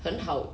很好